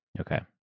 Okay